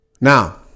Now